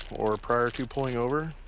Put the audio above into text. or prior to pulling over.